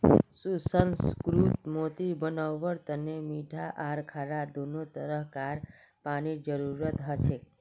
सुसंस्कृत मोती बनव्वार तने मीठा आर खारा दोनों तरह कार पानीर जरुरत हछेक